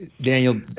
Daniel